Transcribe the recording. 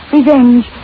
Revenge